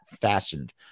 fastened